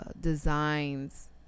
Designs